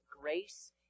grace